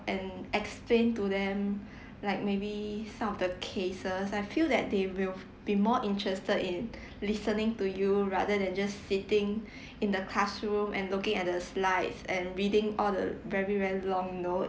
and explain to them like maybe some of the cases I feel that they will be more interested in listening to you rather than just sitting in the classroom and looking at the slides and reading all the very very long notes